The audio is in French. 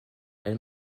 elle